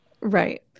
Right